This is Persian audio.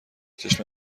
چشم